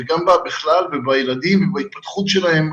ובכלל, בילדים ובהתפתחות שלהם.